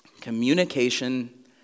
communication